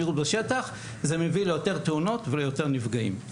וזה מביא ליותר תאונות וליותר נפגעים.